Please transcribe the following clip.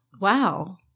Wow